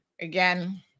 again